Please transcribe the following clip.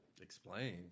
Explain